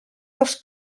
dels